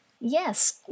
Yes